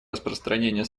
распространения